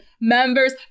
members